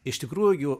iš tikrųjų